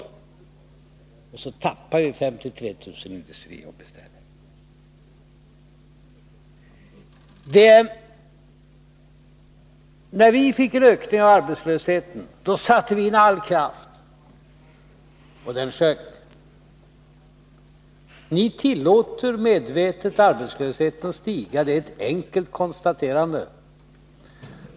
I stället tappade vi ju 53 000 industrijobb. När vi, på vår tid, fick en ökning av arbetslösheten, satte vi in all kraft — och arbetslösheten sjönk. Ni tillåter medvetet arbetslösheten att stiga. Det är ett enkelt konstaterande.